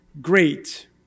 great